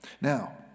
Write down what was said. Now